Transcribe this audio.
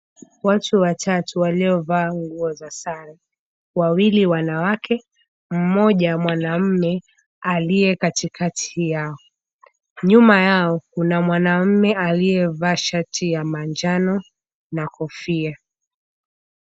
Watu watatu waliovaa nguo za sare, wawili wanawake mmoja mwanamme aliye katikati yao. Nyuma yao kuna mwanamme aliyevalia shati ya manjano na kofia.